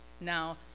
Now